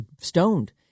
stoned